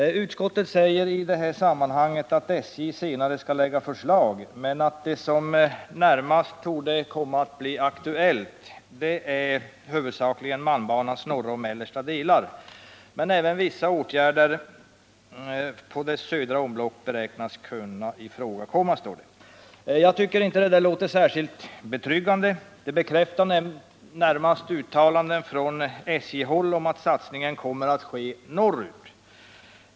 Utskottet säger att SJ kommer att lägga fram förslag senare men att det som närmast torde komma att bli aktuellt är huvudsakligen malmbanans norra och mellersta delar, ”men även vissa åtgärder på dess södra omlopp beräknas kunna ifrågakomma”, står det. Jag tycker inte att det där låter särskilt betryggande. Det bekräftar närmast uttalandena från SJ-håll om att satsningen kommer att ske norrut.